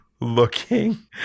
looking